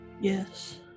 Yes